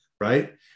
right